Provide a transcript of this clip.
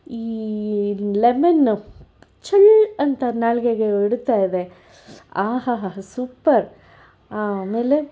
ಈ ಲೆಮೆನ್ ಚುಳ್ ಅಂತ ನಾಲಿಗೆಗೆ ಇಡುತ್ತಾಯಿದೆ ಆಹಹಹಾ ಸೂಪರ್ ಆಮೇಲೆ